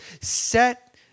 set